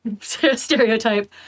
stereotype